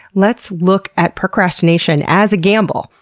let's look at procrastination as a gamble.